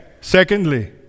Secondly